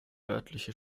örtliche